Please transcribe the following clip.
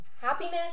happiness